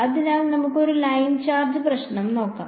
അതിനാൽ നമുക്ക് ഒരു ലൈൻ ചാർജ് പ്രശ്നം നോക്കാം